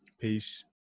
peace